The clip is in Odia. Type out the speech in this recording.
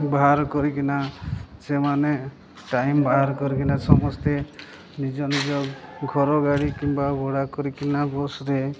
ବାହାର କରିକିନା ସେମାନେ ଟାଇମ୍ ବାହାର କରିକିନା ସମସ୍ତେ ନିଜ ନିଜ ଘର ଗାଡ଼ି କିମ୍ବା ଭଡ଼ା କରିକିନା ବସ୍ରେ